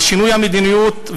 על שינוי המדיניות,